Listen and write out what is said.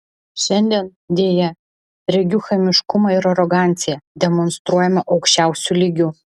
šiandien deja regiu chamiškumą ir aroganciją demonstruojamą aukščiausiu lygiu